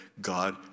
God